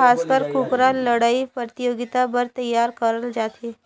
खासकर कुकरा लड़ई परतियोगिता बर तइयार करल जाथे